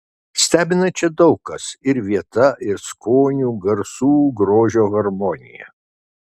stebina čia daug kas ir vieta ir skonių garsų grožio harmonija